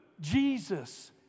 Jesus